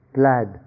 glad